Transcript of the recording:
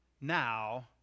Now